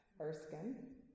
Erskine